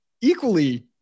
equally